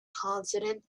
consonant